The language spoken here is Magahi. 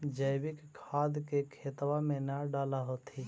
जैवीक खाद के खेतबा मे न डाल होथिं?